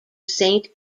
saint